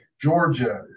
Georgia